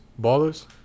Ballers